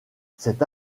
cette